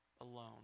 alone